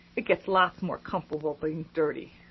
it's lots more comfable being dirty.